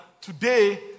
today